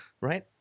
right